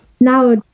now